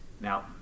Now